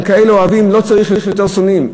עם כאלה אוהבים לא צריך יותר שונאים,